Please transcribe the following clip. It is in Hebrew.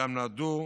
גם נועדו